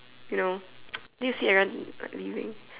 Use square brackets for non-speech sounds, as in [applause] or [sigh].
you know [noise] then you see everyone like leaving